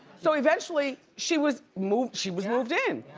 so eventually she was moved, she was moved in.